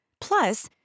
Plus